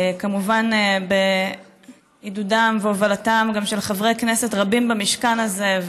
כמובן בעידודם ובהובלתם גם של חברי הכנסת רבים במשכן הזה,